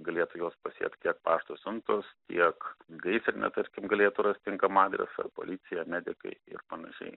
galėtų juos pasiekt tiek pašto siuntos tiek gaisrinė tarkim galėtų rast tinkamą adresą policija medikai ir panašiai